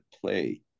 play